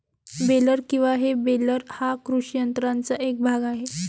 baler किंवा हे baler हा कृषी यंत्राचा एक भाग आहे